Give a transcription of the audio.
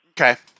Okay